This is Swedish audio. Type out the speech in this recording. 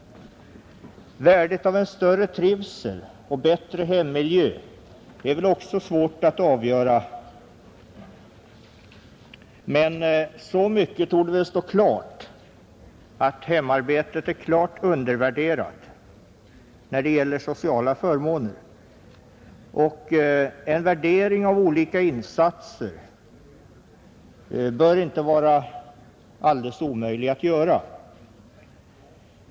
Värdet av en större trivsel och bättre hemmiljö är väl också svårt att avgöra, Men så mycket torde stå klart att hemarbetet är klart undervärderat när det gäller sociala förmåner, och en värdering av olika insatser bör inte vara omöjlig att göra.